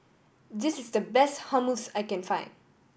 this is the best Hummus I can find